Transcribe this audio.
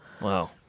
Wow